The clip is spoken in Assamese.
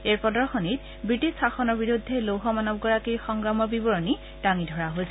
এই প্ৰদশনীত ৱিটিছ শাসনৰ বিৰুদ্ধে লৌহ মানৱগৰাকীৰ সংগ্ৰামৰ বিৱৰণী দাঙি ধৰা হৈছে